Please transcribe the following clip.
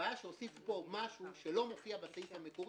הבעיה היא שעושים פה משהו שלא מופיע בסעיף המקורי,